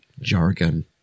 jargon